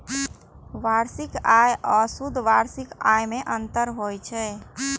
वार्षिक आय आ शुद्ध वार्षिक आय मे अंतर होइ छै